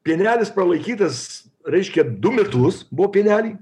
pienelis pralaikytas reiškia du metus buvo pienelį